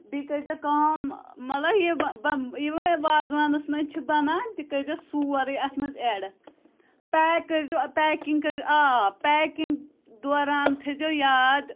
بیٚیہِ کٔرۍ زیٚو کٲم مطلب یہِ یہِ وۄنۍ وازوانَس منٛز چھِ بَنان تہِ کٔرۍ زیٚو سورُے اَتھ منٛز اٮ۪ڈ پیک کٔرۍ زیٚو پیکِنٛگ کٔرۍ زیٚو آ پیکِنٛگ دوران تھٲے زیو یاد